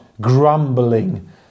grumbling